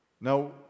Now